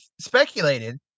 speculated